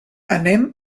anem